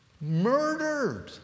murdered